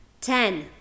Ten